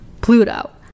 Pluto